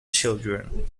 children